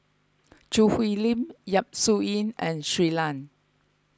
Choo Hwee Lim Yap Su Yin and Shui Lan